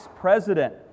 president